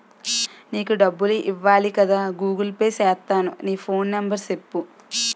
నీకు డబ్బులు ఇవ్వాలి కదా గూగుల్ పే సేత్తాను నీ ఫోన్ నెంబర్ సెప్పు